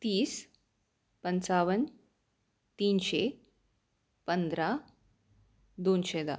तीस पंचावन्न तीनशे पंधरा दोनशे दहा